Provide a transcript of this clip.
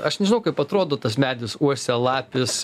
aš nežinau kaip atrodo tas medis uosialapis